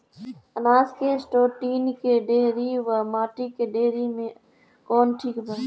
अनाज के store tin के डेहरी व माटी के डेहरी मे कवन ठीक बा?